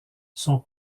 son